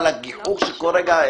אבל הגיחוך שכל רגע,